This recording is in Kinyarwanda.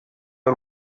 w’u